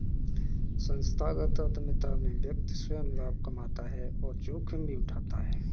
संस्थागत उधमिता में व्यक्ति स्वंय लाभ कमाता है और जोखिम भी उठाता है